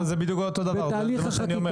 זה מה שאני אומר.